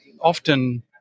often